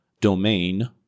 domain